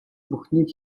бүхнийг